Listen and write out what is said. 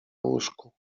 łóżku